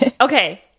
Okay